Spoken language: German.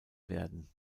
werden